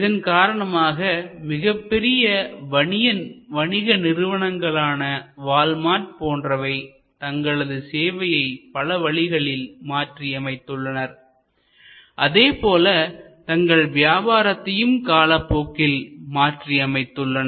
இதன் காரணமாக மிகப்பெரிய வணிக நிறுவனங்கள் ஆன வால்மார்ட் போன்றவை தங்களது சேவையை பல வழிகளில் மாற்றி அமைத்துள்ளனர் அதேபோல தங்கள் வியாபாரத்தையும் காலப்போக்கில் மாற்றி அமைத்துள்ளனர்